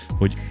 hogy